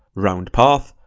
round path,